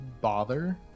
bother